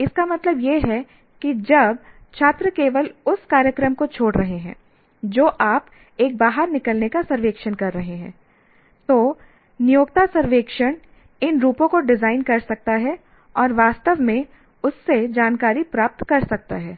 इसका मतलब यह है कि जब छात्र केवल उस कार्यक्रम को छोड़ रहे हैं जो आप एक बाहर निकलने का सर्वेक्षण कर रहे हैं तो नियोक्ता सर्वेक्षण इन रूपों को डिज़ाइन कर सकता है और वास्तव में उससे जानकारी प्राप्त कर सकता है